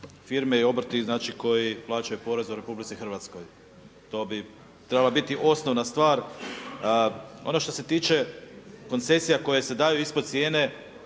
firme i obrti znači koji plaćaju porez u RH. To bi trebala biti osnovna stvar. Ono što se tiče koncesija koje se daju ispod cijene,